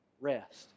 rest